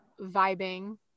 vibing